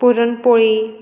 puran poli